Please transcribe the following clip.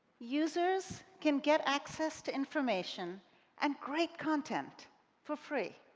users can get access to information and great content for free.